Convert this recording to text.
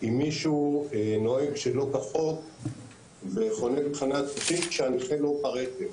אם מישהו נוהג שלא כחוק וחונה בחניית נכים כשהנכה לא ברחוב.